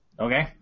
Okay